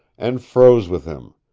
and froze with him,